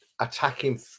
attacking